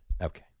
Okay